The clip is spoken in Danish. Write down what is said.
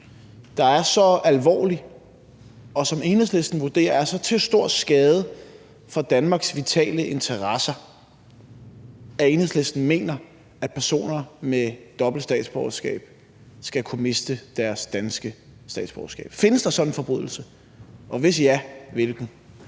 der er så alvorlig, som Enhedslisten vurderer er til så stor skade for Danmarks vitale interesser, at Enhedslisten mener, at personer med dobbelt statsborgerskab skal kunne miste deres danske statsborgerskab? Findes der en sådan forbrydelse? Og hvis ja, hvilken?